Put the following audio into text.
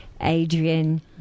Adrian